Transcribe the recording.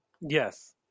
Yes